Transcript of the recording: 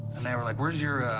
and they were, like, where's your,